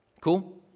Cool